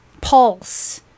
pulse